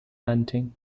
hunting